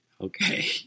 Okay